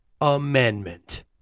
Amendment